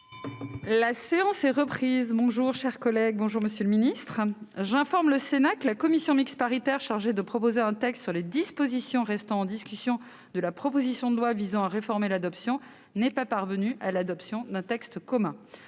La séance est suspendue. La séance est reprise. J'informe le Sénat que la commission mixte paritaire chargée de proposer un texte sur les dispositions restant en discussion de la proposition de loi visant à réformer l'adoption n'est pas parvenue à l'adoption d'un texte commun.